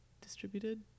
distributed